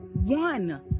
One